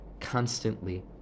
constantly